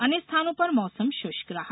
अन्य स्थनों पर मौसम शुष्क रहा